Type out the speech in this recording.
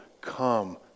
come